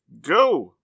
go